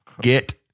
get